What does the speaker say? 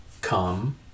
come